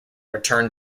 returned